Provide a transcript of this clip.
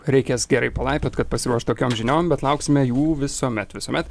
reikės gerai palaipiot kad pasiruošt tokioms žiniom bet lauksime jų visuomet visuomet